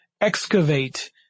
excavate